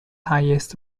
highest